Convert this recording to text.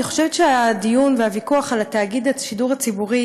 אני חושבת שהדיון והוויכוח על תאגיד השידור הציבורי